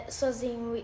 sozinho